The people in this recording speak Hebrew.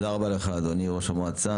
תודה רבה לך אדוני ראש המועצה.